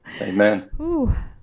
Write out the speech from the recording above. Amen